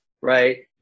right